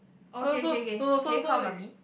okay okay okay can you call mummy